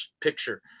picture